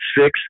six